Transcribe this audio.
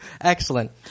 Excellent